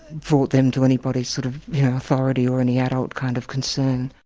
brought them to anybody's sort of yeah authority or any adult kind of concern.